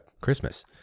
Christmas